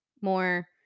more